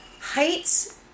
Heights